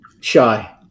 shy